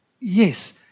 yes